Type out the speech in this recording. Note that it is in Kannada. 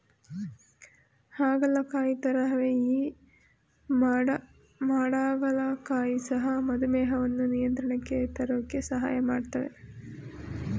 ಹಾಗಲಕಾಯಿ ತರಹವೇ ಈ ಮಾಡ ಹಾಗಲಕಾಯಿ ಸಹ ಮಧುಮೇಹವನ್ನು ನಿಯಂತ್ರಣಕ್ಕೆ ತರೋಕೆ ಸಹಾಯ ಮಾಡ್ತದೆ